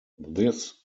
this